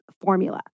formula